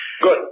Good